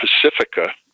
Pacifica